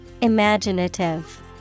Imaginative